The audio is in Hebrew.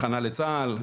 הכנה לצה"ל,